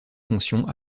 fonctions